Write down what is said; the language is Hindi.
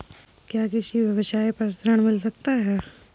क्या किसी व्यवसाय पर ऋण मिल सकता है?